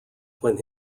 when